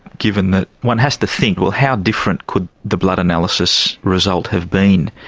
given that one has to think, well, how different could the blood analysis result have been?